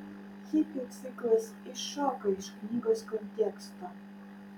hipių ciklas iššoka iš knygos konteksto